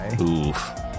Oof